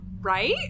Right